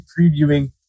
previewing